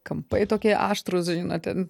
kampai tokie aštrūs žinot ten